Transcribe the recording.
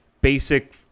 basic